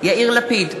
יאיר לפיד,